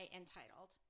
entitled